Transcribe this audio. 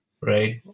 right